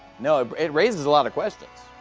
no, it raises a lot of questions.